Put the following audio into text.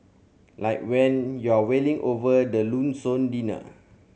like when you're wailing over the lonesome dinner